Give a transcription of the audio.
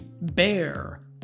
bear